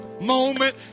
moment